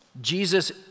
Jesus